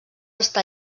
està